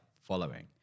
following